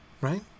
Right